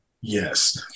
Yes